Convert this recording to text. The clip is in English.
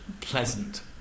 pleasant